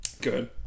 Good